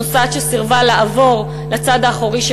נוסעת שסירבה לעבור לצד האחורי של